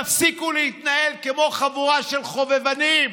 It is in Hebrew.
תפסיקו להתנהל כמו חבורה של חובבנים.